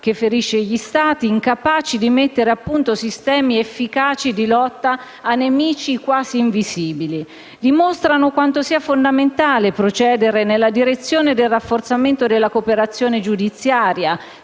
che ferisce gli Stati incapaci di mettere a punto sistemi efficaci di lotta a nemici quasi invisibili. Tutto ciò dimostra quanto sia fondamentale procedere nella direzione del rafforzamento della cooperazione giudiziaria